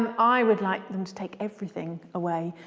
i would like them to take everything away,